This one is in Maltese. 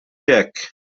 hekk